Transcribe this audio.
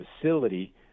facility